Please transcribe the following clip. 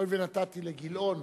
הואיל ונתתי לגילאון,